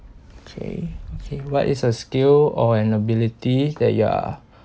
okay okay what is a skill or an ability that you are